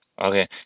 Okay